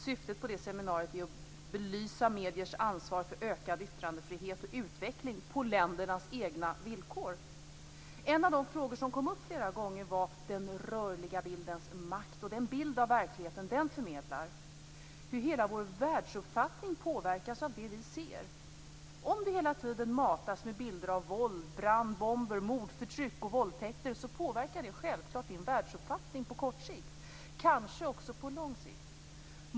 Syftet med det seminariet är att belysa mediers ansvar för ökad yttrandefrihet och utveckling på ländernas egna villkor. En av de frågor som togs upp flera gånger var den rörliga bildens makt och den bild av verkligheten som den förmedlar, hur hela vår världsuppfattning påverkas av det som vi ser. Om vi hela tiden matas med bilder av våld, brand, bomber, mord, förtryck och våldtäkter påverkar det självfallet din världsuppfattning på kort sikt, kanske också på lång sikt.